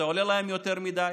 זה עולה להם יותר מדי